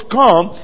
come